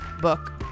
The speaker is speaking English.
book